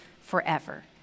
forever